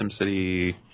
SimCity